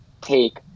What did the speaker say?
take